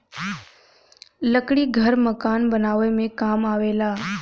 लकड़ी घर मकान बनावे में काम आवेला